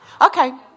okay